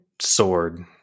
sword